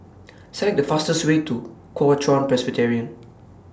Select The fastest Way to Kuo Chuan Presbyterian